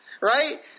right